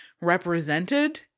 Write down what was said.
represented